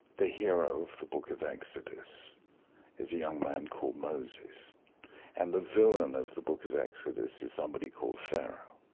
the hero of the book of exodus is a young man called moses and the villain of the book of exodus is somebody called pharaoh.